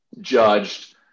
judged